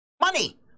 money